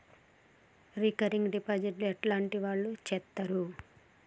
Recurring deposit ఎట్లాంటి వాళ్లు చేత్తరు?